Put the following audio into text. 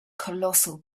colossal